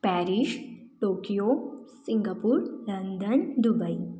parish Tokyo Singapore London Dubai